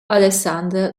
alessandria